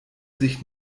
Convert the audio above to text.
sich